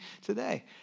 today